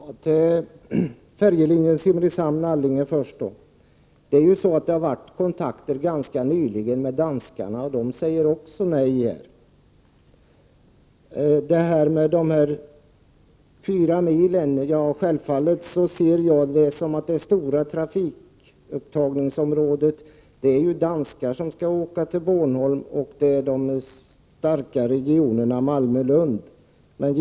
Herr talman! Först något om färjelinjen Simrishamn —Allinge. Det har alltså ganska nyligen förekommit kontakter med danskarna, som också säger nej i detta sammanhang. Det talas om att man åker fyra mil extra eller fyra mil mindre. Självfallet ser jag här det stora trafikupptagningsområdet. Danskarna åker ju till Bornholm. Dessutom är det fråga om starka regioner som Malmö och Lund.